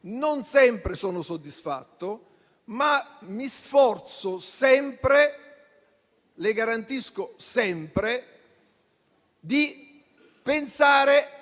non sempre sono soddisfatto, ma mi sforzo sempre - le garantisco sempre - di pensare